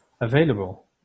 available